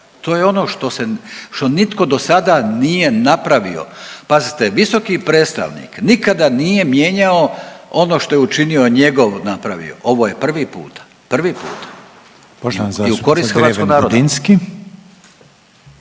to je ono što nitko do sada nije napravio. Pazite, visoki predstavnik nikada nije mijenjao ono što je učinio njegov napravio, ovo je prvi puta, prvi puta i u korist hrvatskog naroda.